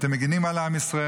אתם מגינים על עם ישראל.